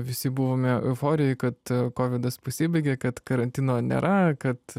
visi buvome euforijoj kad kovidas pasibaigė kad karantino nėra kad